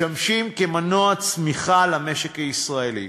משמשים מנוע צמיחה למשק הישראלי.